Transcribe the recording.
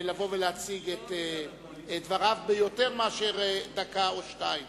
לבוא ולהציג את דבריו ביותר מאשר דקה או שתיים,